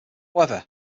however